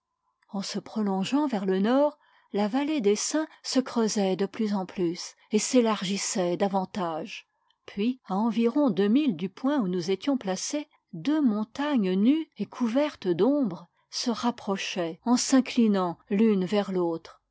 en se prolongeant vers le nord la vallée des saints se creusait de plus en plus et s'élargissait davantage puis à environ deux milles du point où nous étions placés deux montagnes nues et couvertes d'ombres se rapprochaient en s'inclinant l'une vers l'autre